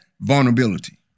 vulnerability